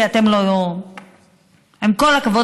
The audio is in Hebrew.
כי עם כל הכבוד,